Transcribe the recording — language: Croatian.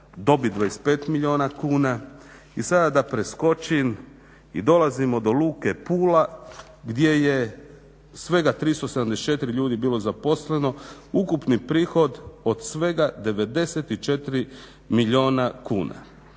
dobit 25 milijuna kuna. I sada da preskočim i dolazimo do luke Pula gdje je svega 374 ljudi bilo zaposleno, ukupni prihod od svega 94 milijuna kuna.